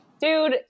Dude